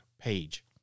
page